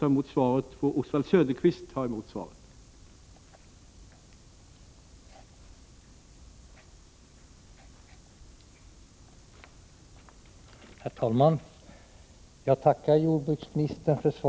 Talmannen meddelade att eftersom Bertil Måbrink var förhindrad att närvara fick Oswald Söderqvist ta emot svaret.